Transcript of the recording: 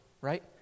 right